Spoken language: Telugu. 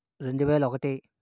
రెండు వేల ఒకటి